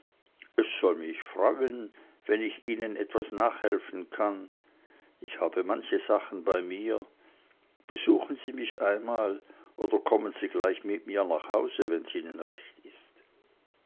es soll mich freuen wenn ich ihnen etwas nachhelfen kann ich habe manche sachen bei mir besuchen sie mich einmal oder kommen sie gleich mit mir nach hause wenn's ihnen recht ist